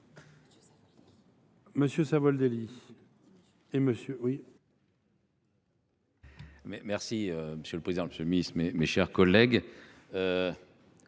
Monsieur Savoldelli,